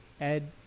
Ed